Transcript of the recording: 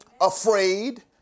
afraid